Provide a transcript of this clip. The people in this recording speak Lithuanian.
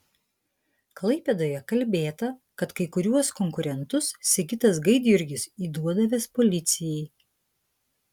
klaipėdoje kalbėta kad kai kuriuos konkurentus sigitas gaidjurgis įduodavęs policijai